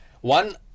One